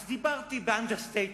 אז דיברתי באנדרסטייטמנט.